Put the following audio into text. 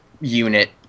unit